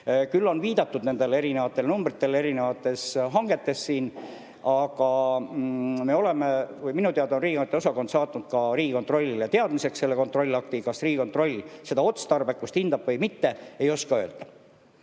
Küll on viidatud nendele erinevatele numbritele erinevates hangetes. Minu teada on riigihangete osakond saatnud ka Riigikontrollile teadmiseks selle kontrollakti. Kas Riigikontroll seda otstarbekust hindab või mitte, ei oska öelda.